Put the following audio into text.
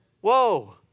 Whoa